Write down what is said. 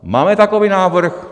Máme takový návrh?